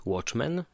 Watchmen